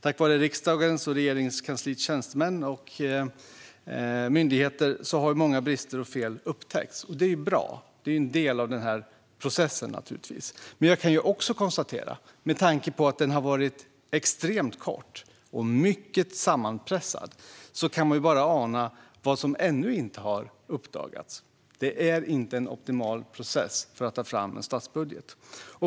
Tack vare riksdagens och Regeringskansliets tjänstemän samt myndigheter har många brister och fel upptäckts, vilket är bra. Det är naturligtvis en del av processen. För det andra kan jag dock konstatera, med tanke på att processen har varit extremt kort och mycket sammanpressad, att man bara kan ana vad som ännu inte har uppdagats. Detta är inte en optimal process för att ta fram en statsbudget.